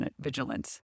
vigilance